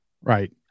Right